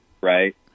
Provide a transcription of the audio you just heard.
right